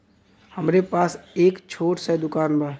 हमरे पास एक छोट स दुकान बा